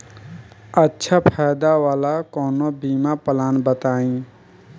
अच्छा फायदा वाला कवनो बीमा पलान बताईं?